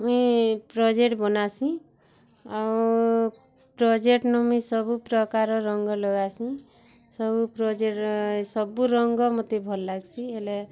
ମୁଇଁ ପ୍ରୋଜେକ୍ଟ୍ ବନାସିଁ ଆଉ ପ୍ରୋଜେକ୍ଟ୍ ନ ମୁଇଁ ସବୁ ପ୍ରକାର ରଙ୍ଗ ଲଗାସି ସବୁ ରଙ୍ଗ ମତେ ଭଲ୍ ଲାଗ୍ସି ହେଲେ